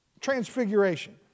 Transfiguration